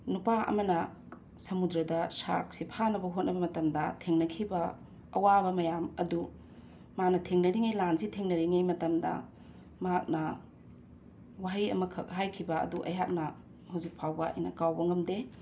ꯅꯨꯄꯥ ꯑꯃꯅ ꯁꯃꯨꯗ꯭ꯔꯗ ꯁꯥꯔꯛꯁꯦ ꯐꯥꯅꯕ ꯍꯣꯠꯅꯕ ꯃꯇꯝꯗ ꯊꯦꯡꯅꯈꯤꯕ ꯑꯋꯥꯕ ꯃꯌꯥꯝ ꯑꯗꯨ ꯃꯥꯅ ꯊꯦꯡꯅꯔꯤꯉꯩ ꯂꯥꯟꯁꯤ ꯊꯦꯡꯅꯔꯤꯉꯩ ꯃꯇꯝꯗ ꯃꯍꯥꯛꯅ ꯋꯥꯍꯩ ꯑꯃꯈꯛ ꯍꯥꯏꯈꯤꯕ ꯑꯗꯨ ꯑꯩꯍꯥꯛꯅ ꯍꯧꯖꯤꯛ ꯐꯥꯎꯕ ꯑꯩꯅ ꯀꯥꯎꯕ ꯉꯝꯗꯦ